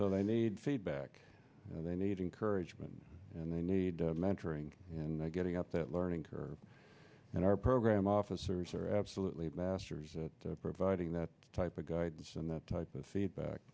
so they need feedback and they need encouragement and they need mentoring and getting up that learning curve and our program officers are absolutely masters at providing that type of guidance and that type of